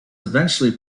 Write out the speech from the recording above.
eventually